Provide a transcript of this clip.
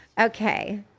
Okay